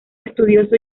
estudioso